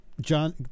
John